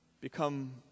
become